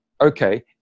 okay